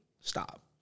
Stop